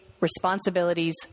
responsibilities